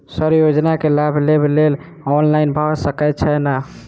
Sir योजना केँ लाभ लेबऽ लेल ऑनलाइन भऽ सकै छै नै?